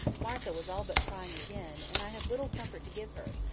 martha was all but crying again and i had little comfort to give her,